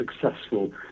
successful